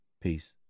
peace